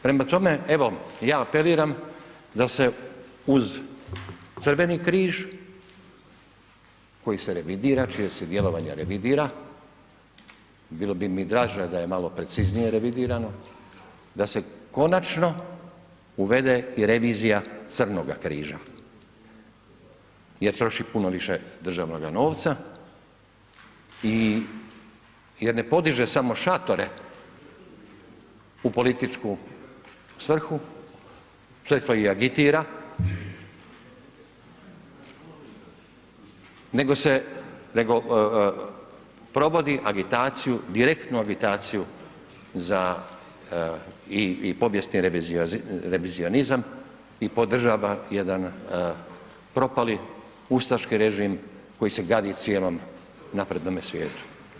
Prema tome, evo, ja apeliram da se uz Crveni križ koji se revidira, čije se djelovanje revidira, bilo bi mi draže da je malo preciznije revidirano, da se konačno uvede i revizija crnoga križa, jer troši puno više državnoga novca i jer ne podiže samo šatore u političku svrhu, crkva i agitira, nego provodi agitaciju, direktnu agitaciju za i povijesni revizionizam i podržava jedan propali ustaški režim koji se gadi cijelome naprednome svijetu.